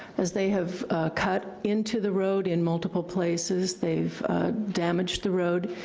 as they have cut into the road in multiple places, they've damaged the road,